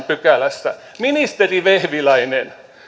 pykälässä ministeri vehviläinen